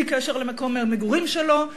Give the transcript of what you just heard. בלי קשר למקום המגורים שלו,